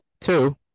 Two